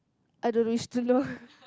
I don't wish to know